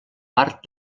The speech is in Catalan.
part